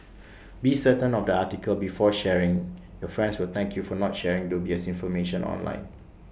be certain of the article before sharing your friends will thank you for not sharing dubious information online